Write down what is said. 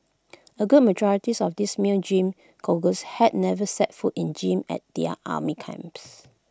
A good majorities of these male gym goers had never set foot in gym at their army camps